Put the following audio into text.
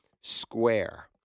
square